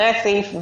אחרי סעיף (ו)